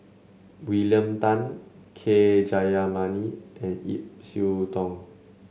William Tan K Jayamani and Ip Yiu Tung